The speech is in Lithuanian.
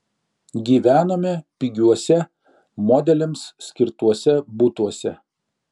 gyvenome pigiuose modeliams skirtuose butuose